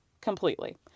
completely